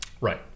right